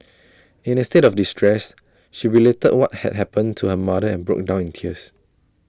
in her state of distress she related what had happened to her mother and broke down in tears